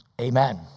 Amen